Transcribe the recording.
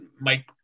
Mike